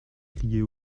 criait